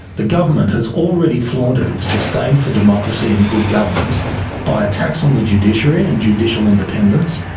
the government has already flaunted its disdain for democracy and good governance by attacks on the judiciary and judicial independence,